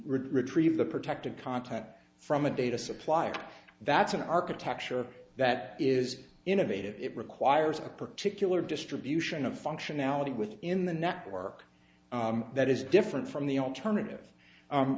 retrieve the protective content from a data supply and that's an architecture that is innovative it requires a particular distribution of functionality within the network that is different from the alternative